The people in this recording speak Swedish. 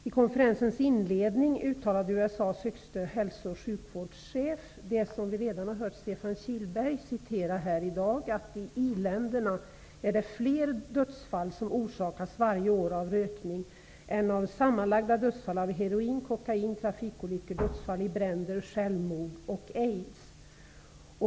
I konferensens inledning uttalade USA:s högste hälso och sjukvårdschef följande, som vi redan har hört Stefan Kihlberg citera i dag: ''I i-länderna orsakas fler dödsfall varje år av rökning än av sammanlagda dödsfall av heroin, kokain, trafikolyckor, dödsfall i bränder, självmord och aids.''